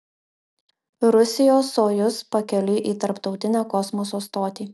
rusijos sojuz pakeliui į tarptautinę kosmoso stotį